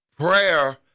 Prayer